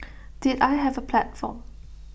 did I have A platform